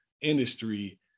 industry